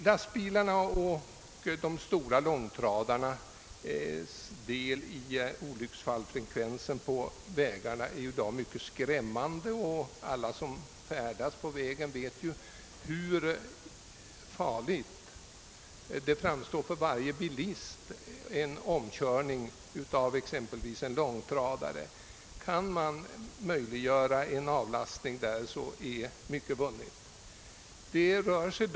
Lastbilarnas och de stora långtradarnas andel i olycksfallsfrekvensen på vägarna är i dag skrämmande stor. Alla som färdas på vägarna vet hur farligt det är att köra om exempelvis en långtradare. Kunde man åstadkomma en avlastning från vägarna av dessa transporter, vore mycket vunnet.